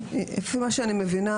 לפי מה שאני מבינה,